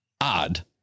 odd